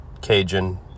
Cajun